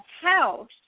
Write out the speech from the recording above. house